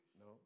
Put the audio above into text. No